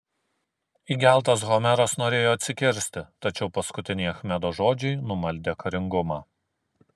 įgeltas homeras norėjo atsikirsti tačiau paskutiniai achmedo žodžiai numaldė karingumą